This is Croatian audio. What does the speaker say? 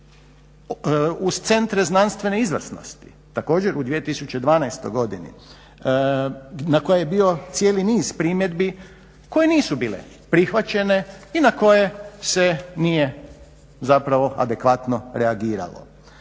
uz Centre znanstvene izvrsnosti također u 2012. godini na koje je bio cijeli niz primjedbi koje nisu bile prihvaćene i na koje se nije zapravo adekvatno reagiralo.